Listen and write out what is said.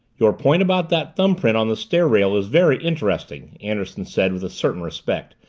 your point about that thumbprint on the stair rail is very interesting, anderson said with a certain respect.